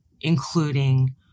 including